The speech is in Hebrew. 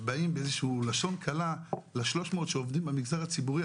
באים באיזושהי לשון קלה ל-300 שעובדים במגזר הציבורי,